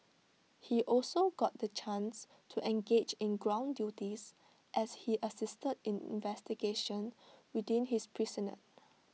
he also got the chance to engage in ground duties as he assisted in investigations within his precinct